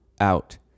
out